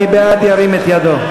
מי בעד, ירים את ידו.